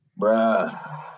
Bruh